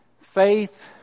faith